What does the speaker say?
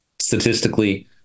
statistically